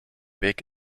weg